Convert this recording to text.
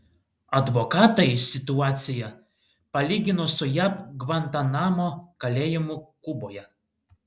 advokatai situaciją palygino su jav gvantanamo kalėjimu kuboje